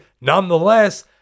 nonetheless